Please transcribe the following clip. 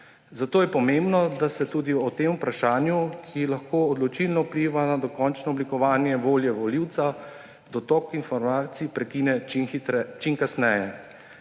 Zato je pomembno, da se tudi o tem vprašanju, ki lahko odločilno vpliva na dokončno oblikovanje volje volivca, dotok informacij prekine čim kasneje.«